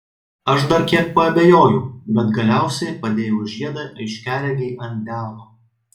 aš dar kiek paabejojau bet galiausiai padėjau žiedą aiškiaregei ant delno